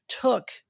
took